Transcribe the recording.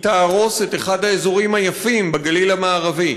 היא תהרוס את אחד האזורים היפים בגליל המערבי,